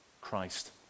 Christ